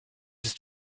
ist